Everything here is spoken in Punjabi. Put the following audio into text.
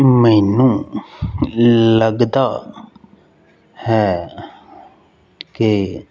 ਮੈਨੂੰ ਲੱਗਦਾ ਹੈ ਕਿ